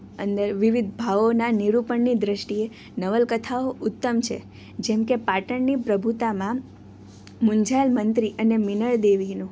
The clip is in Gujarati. અંદર વિવિધ ભાવોના નિરૂપણની દૃષ્ટિએ નવલકથાઓ ઉત્તમ છે જેમ કે પાટણની પ્રભુતામાં મુંજાલ મંત્રી અને મીનળદેવીનો